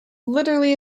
literally